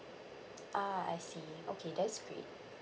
ah I see okay that's great